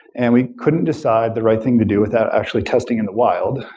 and we couldn't decide the right thing to do without actually testing in the wild.